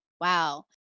Wow